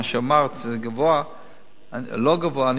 מה שאמרת שזה גבוה או לא גבוה.